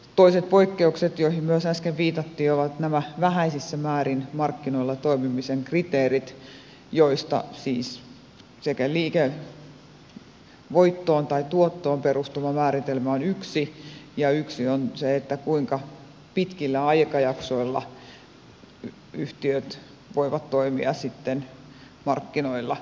toiset poikkeukset joihin myös äsken viitattiin ovat nämä vähäisessä määrin markkinoilla toimimisen kriteerit joista siis liikevoittoon tai tuottoon perustuva määritelmä on yksi ja yksi on se kuinka pitkillä aikajaksoilla yhtiöt voivat toimia markkinoilla